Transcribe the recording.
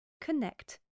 connect